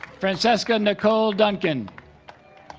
francesca nicole duncan